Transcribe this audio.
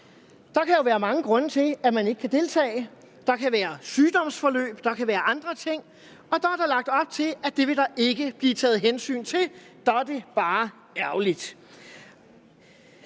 Der kan jo være mange grunde til, at man ikke kan deltage. Der kan være sygdomsforløb, der kan være andre ting, og der er der lagt op til, at det vil der ikke blive taget hensyn til. Der er det bare ærgerligt.